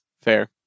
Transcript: Fair